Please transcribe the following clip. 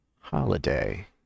Holiday